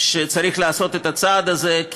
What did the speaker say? שצריך לעשות את הצעד הזה.